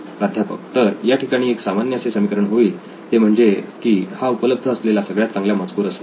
प्राध्यापक तर या ठिकाणी एक सामान्य असे समीकरण होईल ते म्हणजे की हा उपलब्ध असलेला सगळ्यात चांगला मजकूर असेल